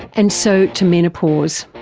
and so to menopause.